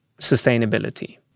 sustainability